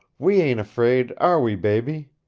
we ain't afraid, are we, baby?